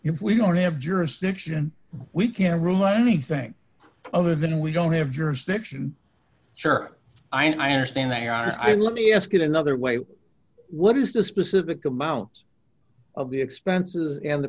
if we don't have jurisdiction we can't rule anything other than we don't have jurisdiction sure i understand there are i let me ask it another way what is the specific amount of the expenses and the